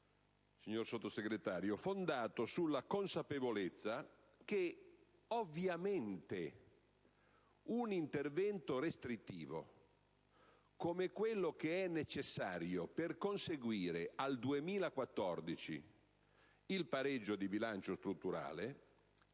signor Sottosegretario, fondato sulla consapevolezza che ovviamente un intervento restrittivo come quello necessario per conseguire al 2014 il pareggio di bilancio strutturale,